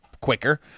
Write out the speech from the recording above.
quicker